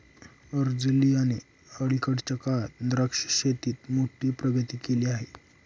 अल्जेरियाने अलीकडच्या काळात द्राक्ष शेतीत मोठी प्रगती केली आहे